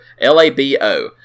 L-A-B-O